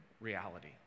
reality